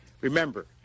Remember